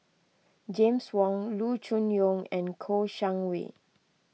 James Wong Loo Choon Yong and Kouo Shang Wei